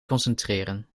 concentreren